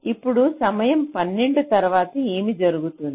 ఇప్పుడు సమయం 12 తరువాత ఏమి జరుగుతుంది